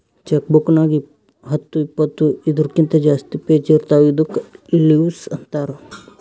check book ನಾಗ್ ಹತ್ತು ಇಪ್ಪತ್ತು ಇದೂರ್ಕಿಂತ ಜಾಸ್ತಿ ಪೇಜ್ ಇರ್ತಾವ ಇದ್ದುಕ್ ಲಿವಸ್ ಅಂತಾರ್